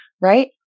right